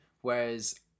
whereas